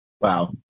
Wow